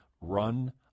run